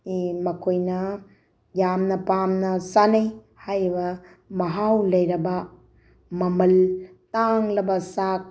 ꯃꯈꯣꯏꯅ ꯌꯥꯝꯅ ꯄꯥꯝꯅ ꯆꯥꯅꯩ ꯍꯥꯏꯔꯤꯕ ꯃꯍꯥꯎ ꯂꯩꯔꯕ ꯃꯃꯜ ꯇꯥꯡꯂꯕ ꯆꯥꯛ